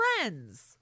friends